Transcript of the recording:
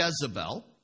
Jezebel